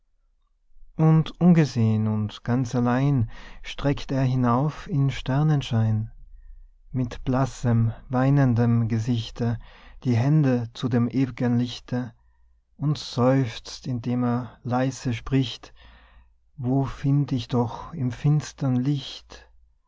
und ungesehn und ganz allein streckt er hinauf in sternenschein mit blassem weinendem gesichte die hände zu dem ew'gen lichte und seufzt indem er leise spricht wo find ich doch im finstern licht